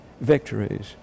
victories